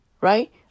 Right